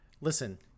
listen